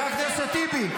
חבר הכנסת טיבי,